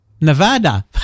nevada